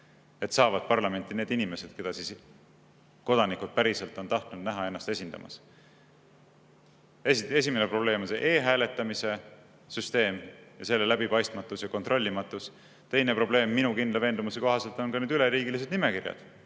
saavad need inimesed, keda kodanikud päriselt on tahtnud näha ennast esindamas. Esimene probleem on see e-hääletamise süsteem, selle läbipaistmatus ja kontrollimatus. Teine probleem minu kindla veendumuse kohaselt on ka üleriigilised nimekirjad